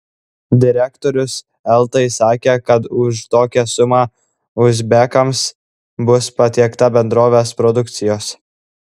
direktorius eltai sakė kad už tokią sumą uzbekams bus patiekta bendrovės produkcijos